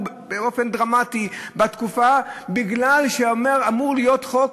באופן דרמטי בתקופה הזאת בגלל שאמור להיות חוק.